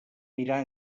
mirar